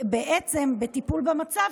בעצם בטיפול במצב,